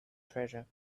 treasure